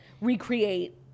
Recreate